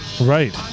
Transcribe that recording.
right